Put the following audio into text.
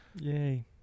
Yay